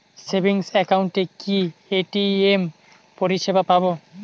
Savings একাউন্টে কি ATM পরিসেবা পাব?